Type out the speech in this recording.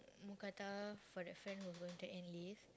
mookata for that friend who going to enlist